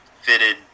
fitted